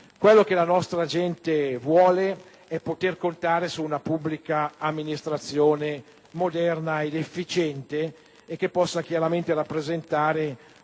Quello che la nostra gente vuole è poter contare su una pubblica amministrazione moderna ed efficiente che possa chiaramente rappresentare